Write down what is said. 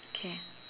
K